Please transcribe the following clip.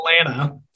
Atlanta